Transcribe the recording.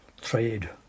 trade